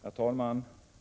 Herr talman!